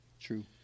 true